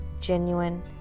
genuine